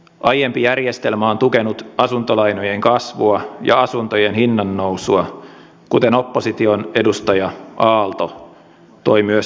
aiempi järjestelmä on tukenut asuntolainojen kasvua ja asuntojen hinnannousua kuten myös opposition edustaja aalto toi äsken esille